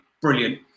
brilliant